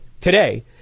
today